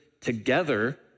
together